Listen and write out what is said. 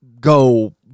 go